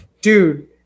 Dude